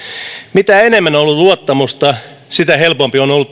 mitä enemmän on ollut luottamusta sitä helpompi on ollut